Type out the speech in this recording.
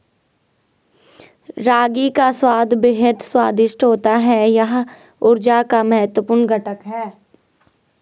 रागी का स्वाद बेहद स्वादिष्ट होता है यह ऊर्जा का महत्वपूर्ण घटक है